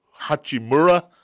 Hachimura